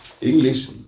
English